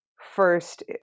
First